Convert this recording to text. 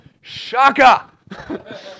Shaka